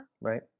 right